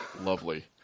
Lovely